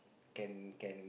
can can